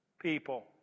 people